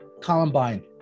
Columbine